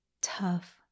tough